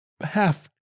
half